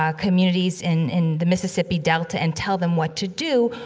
ah communities in in the mississippi delta and tell them what to do.